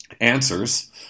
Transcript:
answers